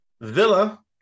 Villa